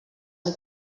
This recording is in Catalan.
amb